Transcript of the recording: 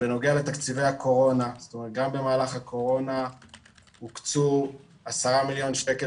גם במהלך הקורונה הוקצו 10 מיליון שקל